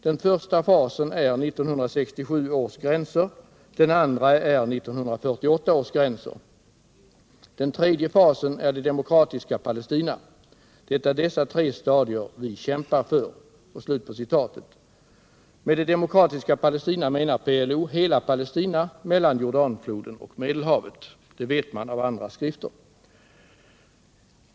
Den första fasen är 1967 års gränser, den andra är 1948 års gränser ——-—- Den tredje fasen är det demokratiska Palestina. Det är dessa tre stadier vi kämpar för.” — Med det demokratiska Palestina menar PLO hela Palestina, mellan Jordanfloden och Medelhavet, det vet man av andra skrifter.